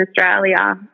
Australia